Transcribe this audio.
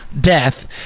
death